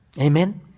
Amen